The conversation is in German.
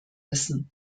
wissen